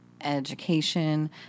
education